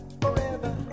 forever